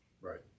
Right